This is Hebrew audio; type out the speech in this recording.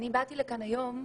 ואני באתי לכאן היום,